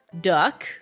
duck